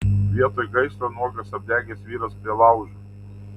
vietoj gaisro nuogas apdegęs vyras prie laužo